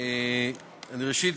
ראשית,